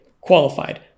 qualified